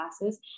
classes